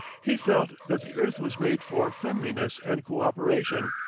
he felt that the earth was made for friendliness and cooperation,